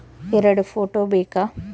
ಎರಡು ಫೋಟೋ ಬೇಕಾ?